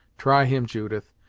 try him, judith,